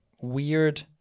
weird